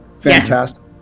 Fantastic